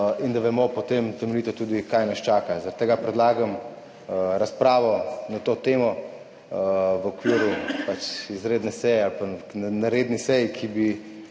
in da potem natančno vemo tudi, kaj nas čaka. Zaradi tega predlagam razpravo na to temo v okviru izredne seje ali pa na redni seji, kjer bi